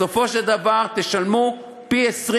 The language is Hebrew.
בסופו של דבר תשלמו פי-20.